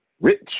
rich